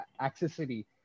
accessory